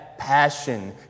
Passion